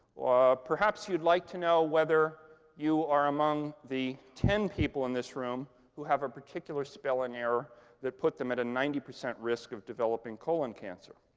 or perhaps you'd like to know whether you are among the ten people in this room who have a particular spelling error that put them at a ninety percent risk of developing colon cancer?